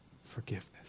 forgiveness